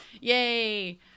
Yay